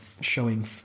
showing